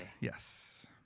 Yes